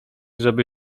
żeby